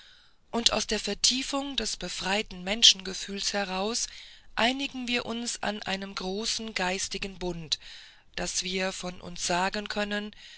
und aus der vertiefung des befreiten menschengefühls heraus einigen wir uns in einem großen geistigen bund daß wir von uns sagen können